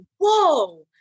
whoa